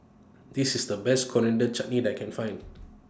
This IS The Best Coriander Chutney that I Can Find